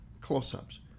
close-ups